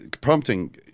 prompting